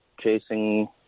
chasing